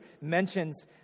mentions